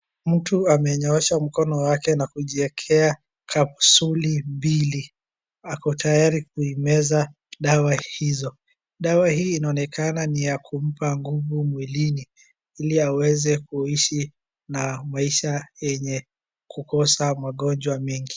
mtu amenyoosha mkono wake na kujiwekea kapusuli mbili. Ako tayari kuimeza dawa hizo. Dawa hii inaonekana ni ya kumpa nguvu mwilini ili aweze kuishi na maisha ya kukosa magonjwa mengi.